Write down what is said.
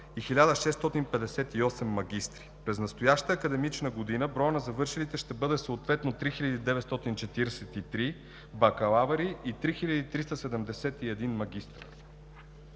и 1658 магистри. През настоящата академична година броят на завършилите ще бъде съответно 3943 бакалаври и 3371 магистри.